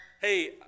hey